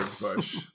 Bush